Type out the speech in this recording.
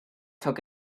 took